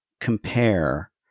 compare